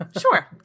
sure